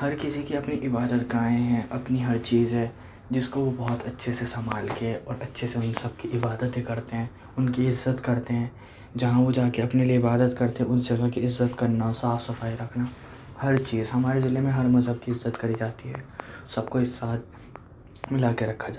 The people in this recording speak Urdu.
ہر کسی کی اپنی عبادت گاہیں ہیں اپنی ہر چیز ہے جس کو وہ بہت اچھے سے سنبھال کے اور اچھے سے ان سب کی عبادتیں کرتے ہیں ان کی عزت کرتے ہیں جہاں وہ جا کے اپنے لئے عبادت کرتے ان سے عزت کرنا صاف صفائی رکھنا ہر چیز ہمارے ضلع میں ہر مذہب کی عزت کری جاتی ہے سب کو ایک ساتھ ملا کے رکھا جاتا ہے